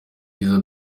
cyiza